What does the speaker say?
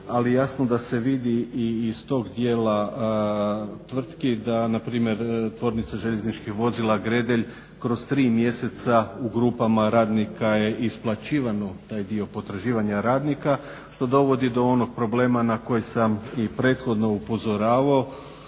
Ali jasno da se vidi i iz tog dijela tvrtki da npr. Tvornica željezničkih vozila Gredelj kroz tri mjeseca u grupama radnika je isplaćivano taj dio potraživanja radnika što dovodi do onog problema na koji sam i prethodno upozoravao